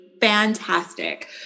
fantastic